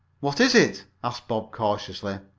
what is it? asked bob, curiously.